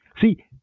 See